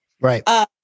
Right